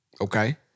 Okay